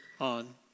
on